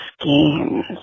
Schemes